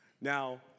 Now